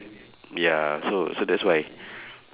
ya so so that's why